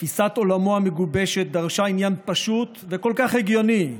תפיסת עולמו המגובשת דרשה עניין פשוט וכל כך הגיוני: